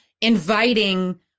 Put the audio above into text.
inviting